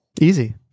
easy